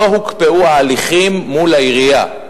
לא הוקפאו ההליכים מול העירייה.